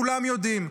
כולם יודעים.